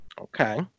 Okay